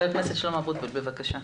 ח"כ אבוטבול בבקשה.